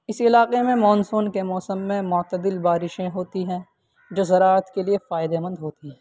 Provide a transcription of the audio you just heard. اس علاقے میں مونسون کے موسم میں معتدل بارشیں ہوتی ہیں جو ذراعت کے لیے فائدے مند ہوتی ہیں